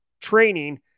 training